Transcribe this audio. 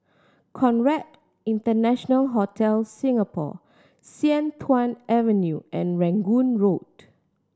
Conrad International Hotel Singapore Sian Tuan Avenue and Rangoon Road